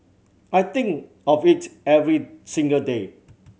I think of it every single day